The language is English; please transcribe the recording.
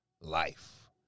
life